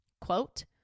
Quote